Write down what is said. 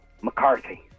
McCarthy